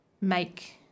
make